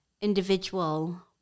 individual